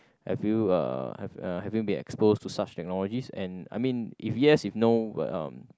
have you uh have uh have you been exposed to such technologies and I mean if yes if no but uh